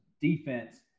defense